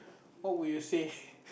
what would you say